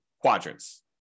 quadrants